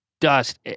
Dust